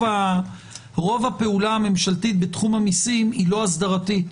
רוב הפעולה הממשלתית בתחום המיסים אינה הסדרתית.